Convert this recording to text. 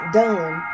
done